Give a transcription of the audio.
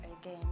again